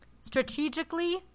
Strategically